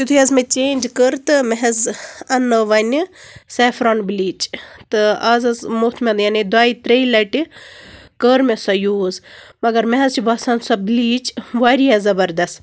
یِتھُے حظ مےٚ چینج کٔر تہٕ مےٚ حظ اَنٛنٲو وٕنہِ سٮ۪فران بِلیٖچ تہٕ آز حظ موٚتھ مےٚ یعنے دۄیہِ ترٛےٚ لَٹہِ کٔر مےٚ سۄ یوٗز مگر مےٚ حظ چھِ باسان سۄ بِلیٖج واریاہ زبردَس